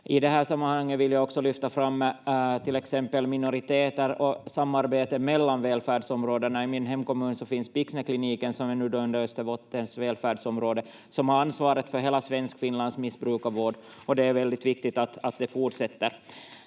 här sammanhanget vill jag också lyfta fram till exempel minoriteter och samarbetet mellan välfärdsområdena. I min hemkommun finns Pixnekliniken, som nu är under Österbottens välfärdsområde, som har ansvaret för hela Svenskfinlands missbrukarvård, och det är väldigt viktigt att det fortsätter.